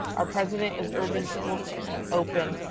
our president is urging schools to open.